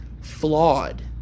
flawed